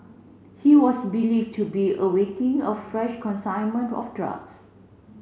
he was believe to be awaiting of fresh consignment of drugs